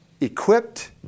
equipped